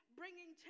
bringing